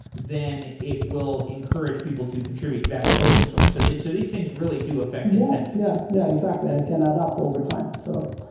then it will encourage people to contribute back to open source. so these so these things really do affect incentives yeah, yeah exactly, and it can ah adapt overtime. so,